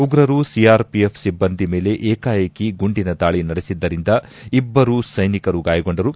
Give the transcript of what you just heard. ಉಗ್ರರು ಸಿಆರ್ಪಿಎಫ್ ಸಿಭ್ಗಂದಿ ಮೇಲೆ ಏಕಾಏಕಿ ಗುಂಡಿನ ದಾಳಿ ನಡೆಸಿದ್ದರಿಂದ ಇಬ್ಲರು ಸೈನಿಕರು ಗಾಯಗೊಂಡರು